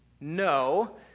no